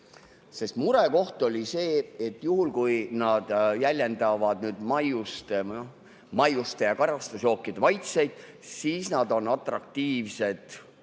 Murekoht oli see, et juhul, kui nad jäljendavad maiuste ja karastusjookide maitseid, siis nad on atraktiivsed